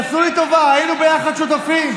תעשו לי טובה, היינו ביחד שותפים.